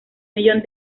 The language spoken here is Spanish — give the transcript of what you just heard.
millón